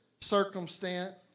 circumstance